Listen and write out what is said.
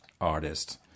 artist